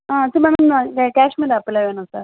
ஆ இந்த காஷ்மீர் ஆப்பிளு வேணும் சார்